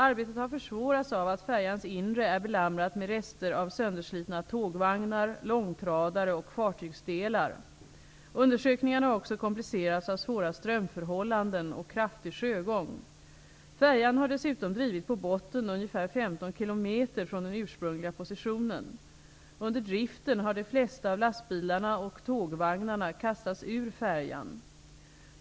Arbetet har försvårats av att färjans inre är belamrat med rester av sönderslitna tågvagnar, långtradare och fartygsdelar. Undersökningarna har också komplicerats av svåra strömförhållanden och kraftig sjögång. Färjan har dessutom drivit på botten ungefär 15 km från den ursprungliga positionen. Under driften har de flesta av lastbilarna och tågvagnarna kastats ur färjan.